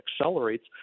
accelerates